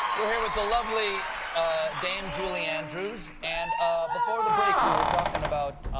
we're here with the lovely dame julie andrews. and before the break, we were talking about